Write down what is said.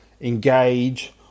engage